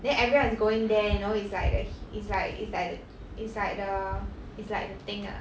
then everyone is going there you know it's like the h~ it's like it's like the j~ it's like the it's like the thing ah